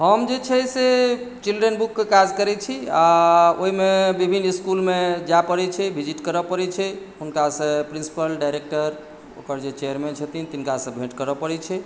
हम जे छै से चिल्ड्रेन बुकके काज करैत छी आ ओहिमे विभिन्न इसकुलमे जाइ पड़ैत छै विजिट करै पड़ैत छै हुनका से प्रिन्सिपल डायरेक्टर ओकर जे चेयरमैन छथिन तिनका से भेँट करै पड़ैत छै